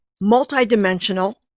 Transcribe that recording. multi-dimensional